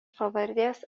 pavardės